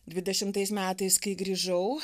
dvidešimtais metais kai grįžau